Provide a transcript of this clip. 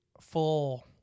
full